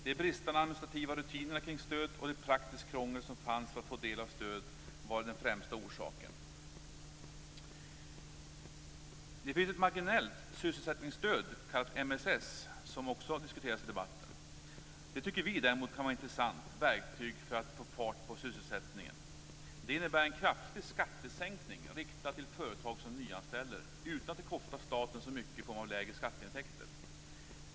De bristande administrativa rutinerna kring stödet och det praktiska krångel som var förenat med att få del av stödet var de främsta orsakerna. Det finns ett marginellt sysselsättningsstöd, MSS, som också har diskuterats i debatten. Det tycker vi däremot kan vara ett intressant verktyg för att få fart på sysselsättningen. Det innebär en kraftig skattesänkning riktad till företag som nyanställer, utan att det kostar staten särskilt mycket i form av lägre skatteintäkter.